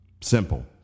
Simple